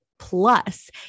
Plus